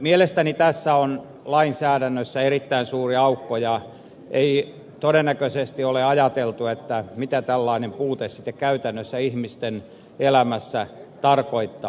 mielestäni tässä on lainsäädännössä erittäin suuri aukko eikä todennäköisesti ole ajateltu mitä tällainen puute sitten käytännössä ihmisten elämässä tarkoittaa